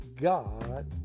God